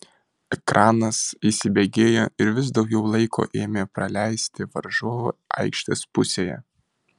ekranas įsibėgėjo ir vis daugiau laiko ėmė praleisti varžovų aikštės pusėje